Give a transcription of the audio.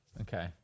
okay